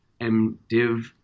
MDiv